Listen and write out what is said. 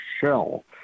shell